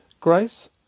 Grace